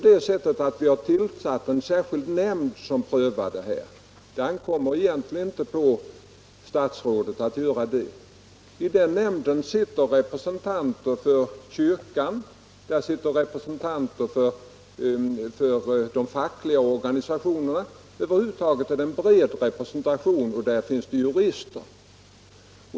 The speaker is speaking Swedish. Vi har också tillsatt en särskild nämnd som prövar ansökningarna — det ankommer egentligen inte på statsrådet att göra det. Nämnden har en mycket bred förankring med representanter för bl.a. kyrkan och de fackliga organisationerna. I nämnden ingår vidare jurister.